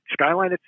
skyline